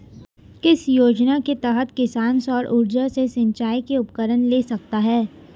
किस योजना के तहत किसान सौर ऊर्जा से सिंचाई के उपकरण ले सकता है?